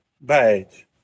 badge